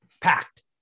packed